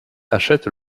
achète